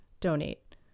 donate